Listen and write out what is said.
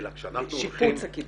שיפוץ הקידוחים.